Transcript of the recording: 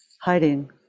hiding